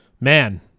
man